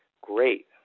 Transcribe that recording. great